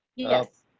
yes.